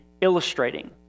illustrating